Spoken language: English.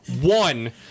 one